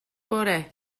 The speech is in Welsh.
bore